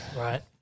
Right